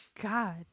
God